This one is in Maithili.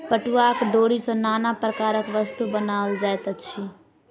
पटुआक डोरी सॅ नाना प्रकारक वस्तु बनाओल जाइत अछि